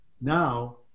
Now